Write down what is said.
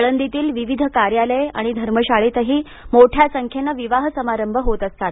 आळंदीतील विविध कार्यालये आणि धर्मशाळेतही मोठ्या संख्येनं विवाह समारंभ होत असतात